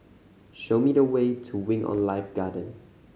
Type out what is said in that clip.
show me the way to Wing On Life Garden